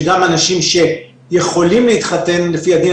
היא שגם אנשים שיכולים להתחתן לפי הדין